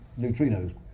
neutrinos